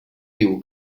diu